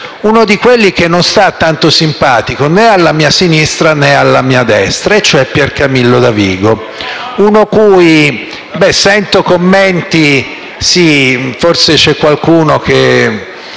uno di quelli che non stanno tanto simpatici né alla mia sinistra, né alla mia destra, e cioè Piercamillo Davigo. *(Brusio)*. Sento commenti. Sì, forse c'è qualcuno cui